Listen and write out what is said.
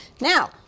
Now